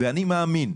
ואני מאמין,